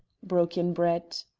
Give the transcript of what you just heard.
broke in brett.